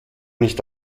nicht